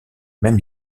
mêmes